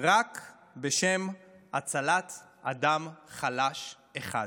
רק לשם הצלת אדם חלש אחד.